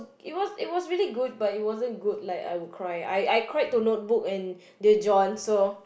it was it was really good but it wasn't good like I would cry I I cried to not book in the John so